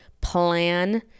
plan